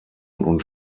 und